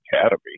Academy